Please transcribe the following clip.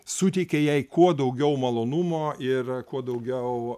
suteikia jai kuo daugiau malonumo ir kuo daugiau